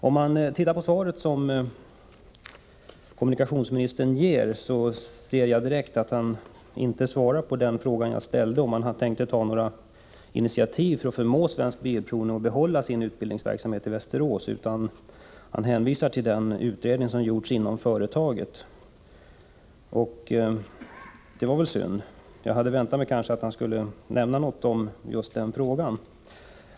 Om man läser kommunikationsministerns svar finner man direkt att kommunikationsministern inte svarar på den fråga jag ställde, nämligen om han tänker ta några initiativ för att förmå Svensk Bilprovning att behålla sin utbildningsverksamhet i Västerås. Kommunikationsministern hänvisar i stället till den utredning som gjorts inom företaget. Det var synd, för jag hade kanske väntat att han skulle nämna något om just den frågan.